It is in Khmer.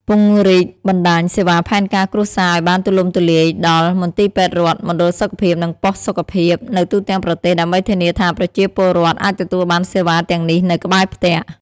ពង្រីកបណ្ដាញសេវាផែនការគ្រួសារឱ្យបានទូលំទូលាយដល់ មន្ទីរពេទ្យរដ្ឋ មណ្ឌលសុខភាព និងប៉ុស្តិ៍សុខភាព នៅទូទាំងប្រទេស ដើម្បីធានាថាប្រជាពលរដ្ឋអាចទទួលបានសេវាទាំងនេះនៅក្បែរផ្ទះ ។